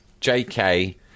JK